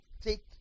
take